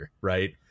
Right